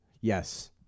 Yes